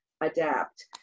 adapt